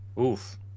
oof